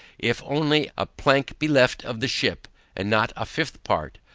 if only a plank be left of the ship and not a fifth part,